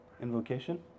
Invocation